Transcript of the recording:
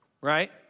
right